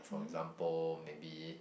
for example maybe